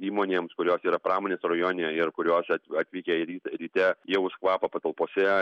įmonėms kurios yra pramonės rajone ir kuriose atvykę ryt ryte jaus kvapą patalpose